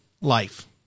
life